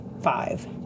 five